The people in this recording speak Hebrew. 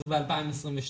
אז ב-2022.